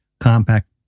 compact